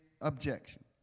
objection